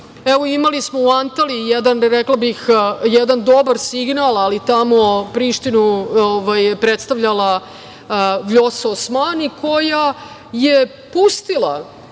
ništa. Imali smo u Antaliji, rekla bih jedan dobar signal ali tamo Prištinu je predstavljala Vljoso Osmani koja je pustila